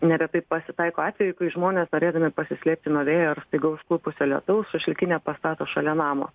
neretai pasitaiko atvejų kai žmonės norėdami pasislėpti nuo vėjo ar staiga užklupusio lietaus šašlykinę pastato šalia namo